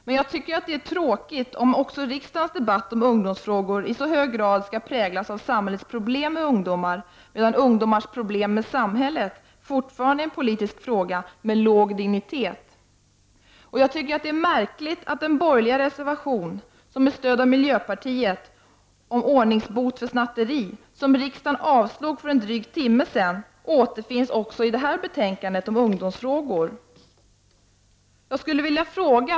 Men jag tycker att det är tråkigt om även riksdagens debatt om ungdomsfrågor i så hög grad skall präglas av samhällets problem med ungdomar, medan ungdomars problem med samhället fortfarande är en politisk fråga med låg dignitet. Jag tycker att det är märkligt att den borgerliga reservationen — som stöds även av miljöpartiet — om ordningsbot för snatteri, som riksdagen avslog för en dryg timme sedan, nu återfinns även i detta betänkande om ungdomsfrågor.